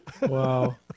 wow